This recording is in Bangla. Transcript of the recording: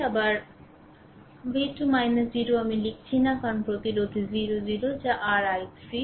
আবার v2 0 আমি লিখছি না কারণ প্রতিরোধের 00 যা r i3